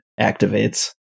activates